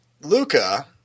Luca